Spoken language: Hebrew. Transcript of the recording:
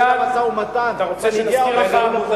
היה טילים ורקטות, משא-ומתן.